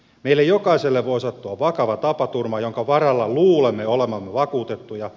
meille jokaiselle voi sattua vakava tapaturma jonka varalta luulemme olevamme vakuutettuja